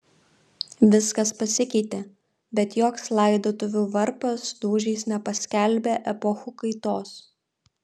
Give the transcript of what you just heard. viskas pasikeitė bet joks laidotuvių varpas dūžiais nepaskelbė epochų kaitos